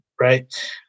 right